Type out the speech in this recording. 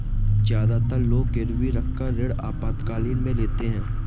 ज्यादातर लोग गिरवी रखकर ऋण आपातकालीन में लेते है